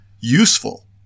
useful